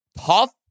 tough